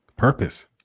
Purpose